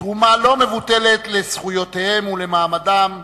תרומה לא מבוטלת לזכויותיהם ולמעמדם,